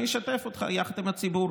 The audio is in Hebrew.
אני אשתף אותך יחד עם הציבור: